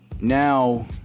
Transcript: Now